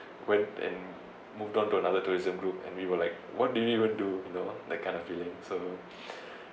when and moved on to another tourism group and we were like what do we even do you know that kind of feeling so